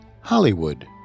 Hollywood